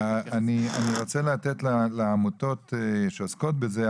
אני רוצה לתת לעמותות שעוסקות בזה,